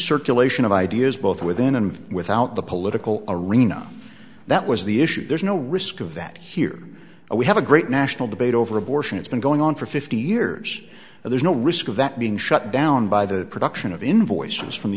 circulation of ideas both within and without the political arena that was the issue there's no risk of that here we have a great national debate over abortion it's been going on for fifty years and there's no risk of that being shut down by the production of invoices from the